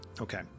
Okay